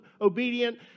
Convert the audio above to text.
obedient